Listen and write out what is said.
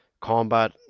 combat